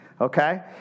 okay